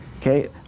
Okay